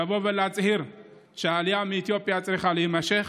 לבוא ולהצהיר שהעלייה מאתיופיה צריכה להימשך